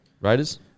Raiders